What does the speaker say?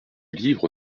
livre